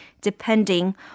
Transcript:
depending